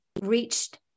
reached